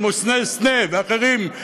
של משה סנה ואחרים,